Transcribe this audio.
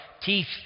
teeth